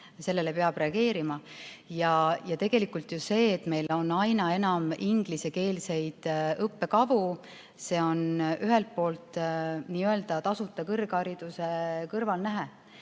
Sellele peab reageerima. Aga tegelikult see, et meil on aina enam ingliskeelseid õppekavu, on ühelt poolt tasuta kõrghariduse kõrvalnähe,